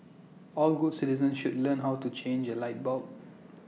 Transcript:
all good citizens should learn how to change A light bulb